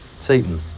Satan